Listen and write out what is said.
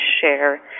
share